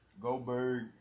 Goldberg